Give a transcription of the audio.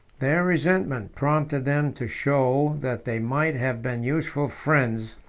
their resentment prompted them to show that they might have been useful friends,